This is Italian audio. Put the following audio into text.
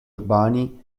urbani